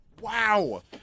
Wow